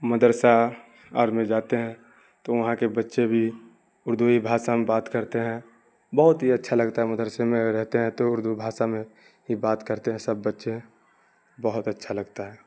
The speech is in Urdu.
مدرسہ اور میں جاتے ہیں تو وہاں کے بچے بھی اردو ہی بھاشا میں بات کرتے ہیں بہت ہی اچھا لگتا ہے مدرسے میں اگر رہتے ہیں تو اردو بھاشا میں ہی بات کرتے ہیں سب بچے بہت اچھا لگتا ہے